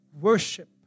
worship